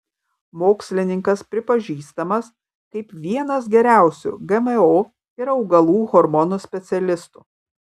mokslininkas pripažįstamas kaip vienas geriausių gmo ir augalų hormonų specialistų